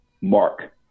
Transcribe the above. Mark